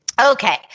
Okay